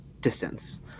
distance